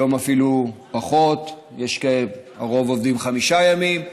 היום אפילו פחות, הרוב עובדים חמישה ימים,